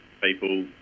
people